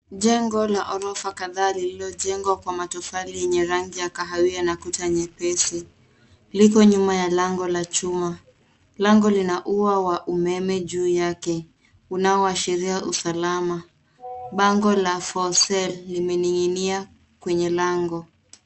Jengo la ghorofa kadha lililojengwa kwa matofali yenye rangi ya kahawia na kuta nyepesi. Liko nyuma ya lango la chuma. Lango lina ua wa umeme juu yake unaoashiria usalama. Bango la for sell limening'inia kwenye lango.